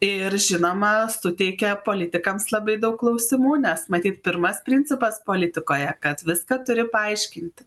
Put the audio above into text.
ir žinoma suteikia politikams labai daug klausimų nes matyt pirmas principas politikoje kad viską turi paaiškinti